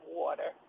water